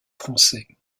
français